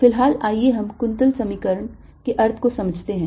फिलहाल आइए हम कुंतल समीकरण के अर्थ को समझते हैं